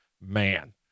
man